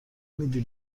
میدی